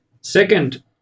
Second